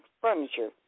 furniture